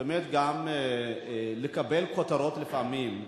באמת גם כדי לקבל כותרות לפעמים,